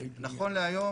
נכון להיום